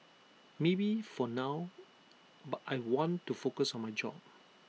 maybe for now but I want to focus on my job